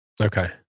Okay